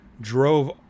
drove